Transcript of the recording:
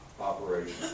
operation